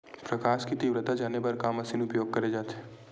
प्रकाश कि तीव्रता जाने बर का मशीन उपयोग करे जाथे?